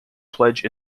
pledge